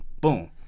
Boom